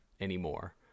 anymore